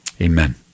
amen